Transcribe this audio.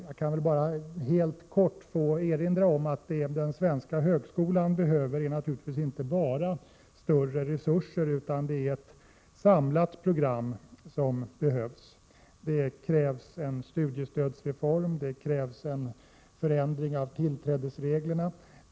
Jag vill bara helt kort erinra om att vad den svenska 83 högskolan behöver naturligtvis inte bara är större resurser utan också ett samlat program. Det krävs en studiestödsreform, och det krävs en förändring av tillträdesreglerna.